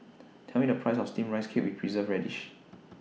Tell Me The Price of Steamed Rice Cake with Preserved Radish